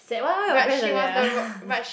sad why all your friends like that ah